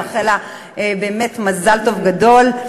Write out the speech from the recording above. לאחל לה באמת מזל טוב גדול.